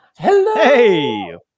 Hello